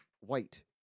white